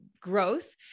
growth